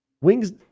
wings